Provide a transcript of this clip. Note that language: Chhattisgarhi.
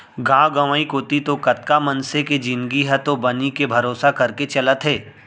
गांव गंवई कोती तो कतका मनसे के जिनगी ह तो बनी के भरोसा करके चलत हे